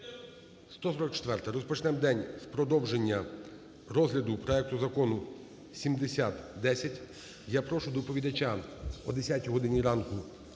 144-а. Розпочнемо день з продовження розгляду проекту Закону 7010. Я прошу доповідача о 10 годині ранку